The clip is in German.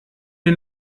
wir